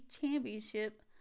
Championship